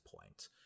point